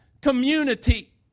community